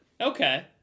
okay